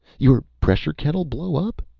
your pressure kettle blow up?